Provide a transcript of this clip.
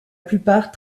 plupart